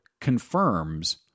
confirms